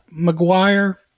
mcguire